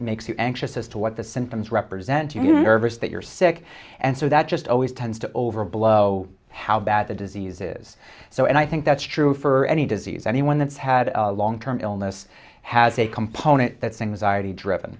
makes you anxious as to what the symptoms represent you nervous that you're sick and so that just always tends to overblow how bad the disease is so and i think that's true for any disease anyone that's had a long term illness has a component that things are really driven